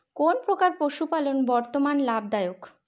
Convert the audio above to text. কোন প্রকার পশুপালন বর্তমান লাভ দায়ক?